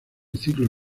ciclo